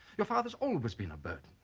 your father's always been a burden.